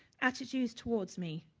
attitudes towards me,